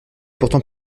pourtant